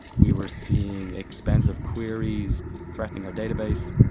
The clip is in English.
we were seeing expensive queries threatening our database.